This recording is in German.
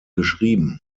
geschrieben